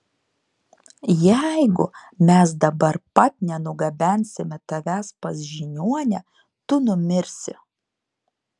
jeigu mes dabar pat nenugabensime tavęs pas žiniuonę tu numirsi